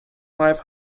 five